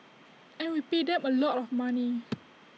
and we pay them A lot of money